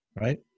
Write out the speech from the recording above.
right